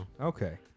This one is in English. okay